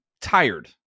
tired